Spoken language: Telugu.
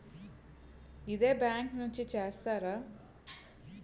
ఇదే బ్యాంక్ నుంచి చేస్తారా?